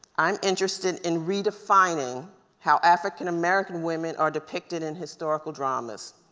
i'm interested in redefining how african-american women are depicted in historical dramas,